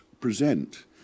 present